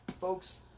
Folks